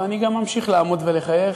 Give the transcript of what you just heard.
ואני גם ממשיך לעמוד ולחייך.